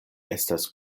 estas